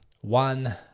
One